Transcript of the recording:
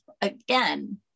again